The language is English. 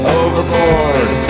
overboard